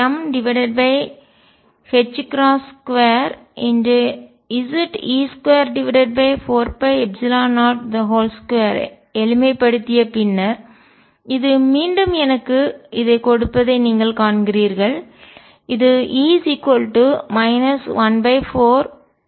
E14m22Ze24π02 ஐ எளிமைப்படுத்திய பின்னர் இது மீண்டும் எனக்குக் இதை கொடுப்பதை நீங்கள் காண்கிறீர்கள் இது E 1413